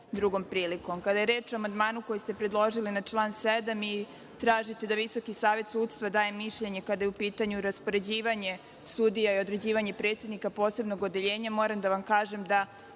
drugom prilikom. Kada je reč o amandmanu koji ste predložili na član 7. i tražite da Visoki savet sudstva daje mišljenje kada je u pitanju raspoređivanje sudija i određivanje predsednika posebnog odeljenja, moram da vam kažem da